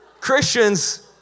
Christians